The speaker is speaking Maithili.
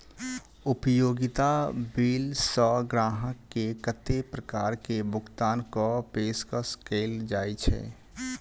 उपयोगिता बिल सऽ ग्राहक केँ कत्ते प्रकार केँ भुगतान कऽ पेशकश कैल जाय छै?